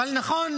אבל נכון